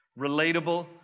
Relatable